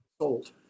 sold